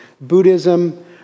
Buddhism